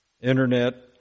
Internet